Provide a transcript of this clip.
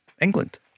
England